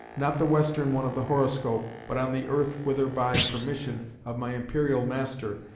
not the western one of the horoscope, but on the earth whither, by permission of my imperial master,